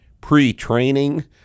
pre-training –